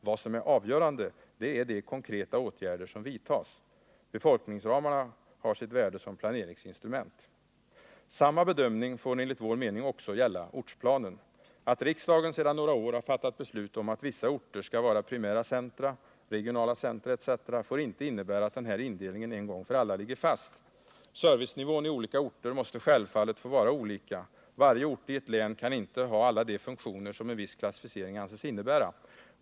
Vad som är avgörande är de konkreta åtgärder som vidtas. Befolkningsramarna har sitt värde som planeringsinstrument. Samma bedömning får enligt vår mening också gälla ortsplanen. Att riksdagen sedan några år har fattat beslut om att vissa orter skall vara primära centra, regionala centra etc. får inte innebära att den här indelningen en gång för alla ligger fast. Servicenivån i olika orter måste självfallet få vara olika. Varje ort i ett län kan inte ha alla de funktioner som en viss klassificering anses innebära.